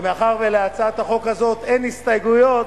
מאחר שלהצעת החוק הזאת אין הסתייגויות,